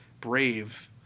Brave